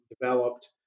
developed